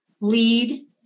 lead